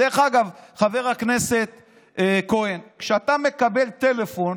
דרך אגב, חבר הכנסת כהן, כשאתה מקבל טלפון,